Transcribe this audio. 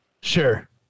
Sure